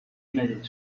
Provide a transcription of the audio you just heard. united